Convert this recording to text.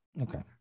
Okay